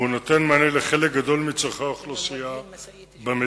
והוא נותן מענה לחלק גדול מצורכי האוכלוסייה במדינה.